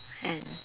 and